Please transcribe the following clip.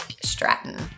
Stratton